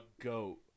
goat